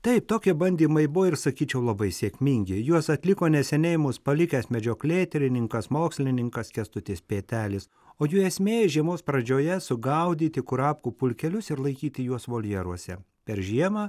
taip tokie bandymai buvo ir sakyčiau labai sėkmingi juos atliko neseniai mus palikęs medžioklėtyrininkas mokslininkas kęstutis pėtelis o jų esmė žiemos pradžioje sugaudyti kurapkų pulkelius ir laikyti juos voljeruose per žiemą